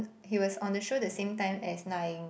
he was on the show the same time as Na-Ying